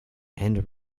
and